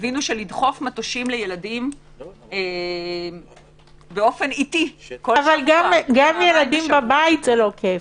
לדחוף מטושים לילדים באופן איטי- -- גם ילדים בבית זה לא כיף.